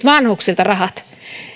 vanhuksilta rahat